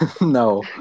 No